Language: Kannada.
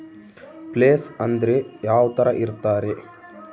ಪ್ಲೇಸ್ ಅಂದ್ರೆ ಯಾವ್ತರ ಇರ್ತಾರೆ?